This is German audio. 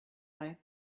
bei